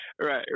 right